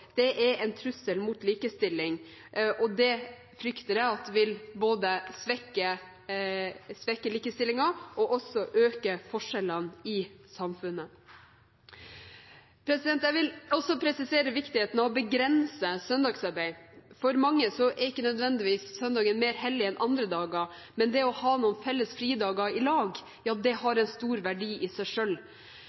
helgejobb er en trussel mot likestilling. Det frykter jeg vil både svekke likestillingen og øke forskjellene i samfunnet. Jeg vil også presisere viktigheten av å begrense søndagsarbeid. For mange er ikke nødvendigvis søndagen mer hellig enn andre dager, men det å ha noen felles fridager i lag har en stor verdi i seg